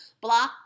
blah